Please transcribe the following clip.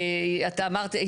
אתה אמרת,